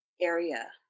area